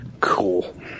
Cool